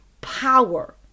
power